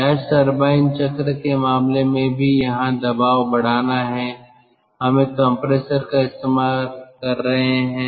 gas turbine चक्र के मामले में भी यहाँ दबाव बढ़ाना है हम एक कंप्रेसर का इस्तेमाल कर रहे हैं